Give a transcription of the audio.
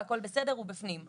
הכל בסדר והוא בפנים.